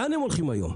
לאן הם הולכים היום?